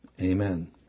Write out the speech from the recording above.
Amen